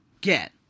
get